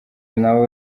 nabo